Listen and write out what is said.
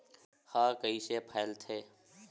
ह कइसे फैलथे?